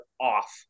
off